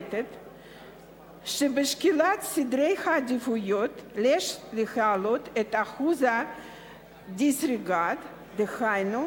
"שבשקילת סדרי העדיפויות יש להעלות את אחוז ה- disregard (דהיינו,